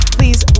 Please